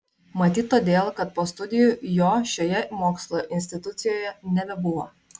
matyt todėl kad po studijų jo šioje mokslo institucijoje nebebuvo